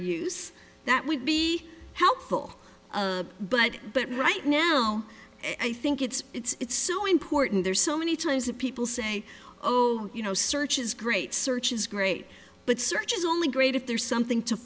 use that would be helpful but but right now i think it's it's so important there's so many times that people say oh you know search is great search is great but search is only great if there's something to